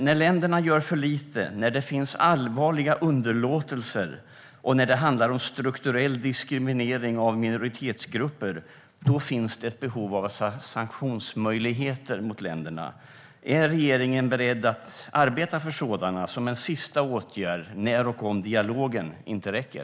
När länderna gör för lite, när det finns allvarliga underlåtelser och när det handlar om strukturell diskriminering av minoritetsgrupper finns det ett behov av sanktionsmöjligheter mot länderna. Är regeringen beredd att arbeta för sådana sanktionsmöjligheter, som en sista åtgärd när och om dialogen inte räcker?